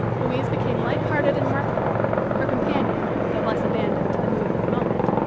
louise became light-hearted and mirthful her companion, though less abandoned to the mood of the moment,